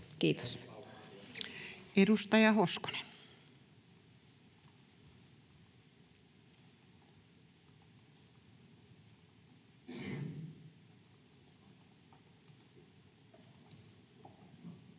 Kiitos. Edustaja Hoskonen. Arvoisa